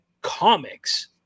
comics